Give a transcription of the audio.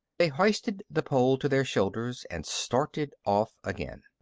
they hoisted the pole to their shoulders and started off again.